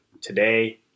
Today